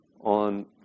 on